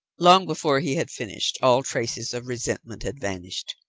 long before he had finished, all traces of resentment had vanished.